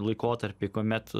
laikotarpiai kuomet